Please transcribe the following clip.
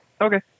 Okay